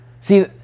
See